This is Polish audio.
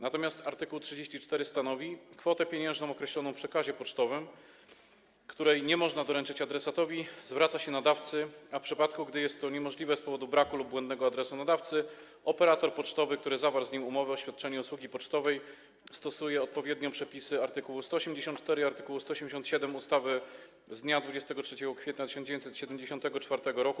Natomiast art. 34 stanowi, iż kwotę pieniężną określoną w przekazie pocztowym, której nie można doręczyć adresatowi, zwraca się nadawcy, a w przypadku gdy jest to niemożliwe z powodu braku lub błędnego adresu nadawcy, operator pocztowy, który zawarł z nim umowę o świadczenie usługi pocztowej stosuje odpowiednio przepisy art. 184 i art. 187 ustawy z dnia 23 kwietnia 1964 r.